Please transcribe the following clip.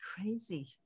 crazy